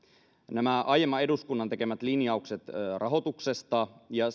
nämä aiemman eduskunnan tekemät linjaukset rahoituksesta ja